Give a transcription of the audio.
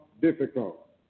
difficult